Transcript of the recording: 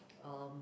um